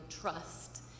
trust